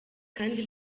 kandi